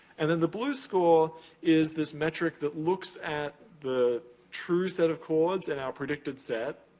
and then, the blue score is this metric that looks at the true set of chords and our predicted set,